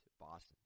Boston